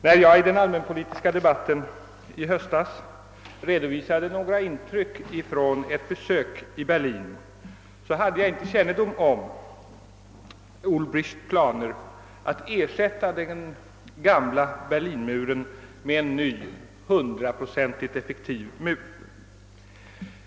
När jag i den allmänpolitiska debatten i höstas redovisade några intryck från ett besök i Berlin hade jag inte kännedom om Ulbrichts planer att ersätta den gamla Berlinmuren med en ny, 100 procentigt effektiv mur.